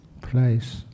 place